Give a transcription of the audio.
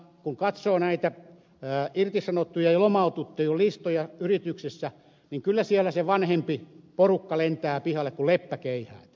kun katsoo näitä irtisanottujen ja lomautettujen listoja yrityksissä niin kyllä siellä se vanhempi porukka lentää pihalle kuin leppäkeihäät